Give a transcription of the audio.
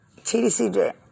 TDCJ